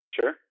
Sure